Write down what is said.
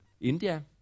India